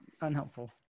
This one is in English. unhelpful